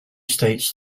states